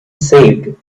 saved